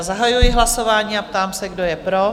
Zahajuji hlasování a ptám se, kdo je pro?